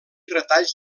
retalls